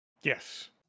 Yes